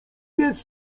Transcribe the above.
mieć